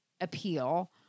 appeal